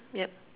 yup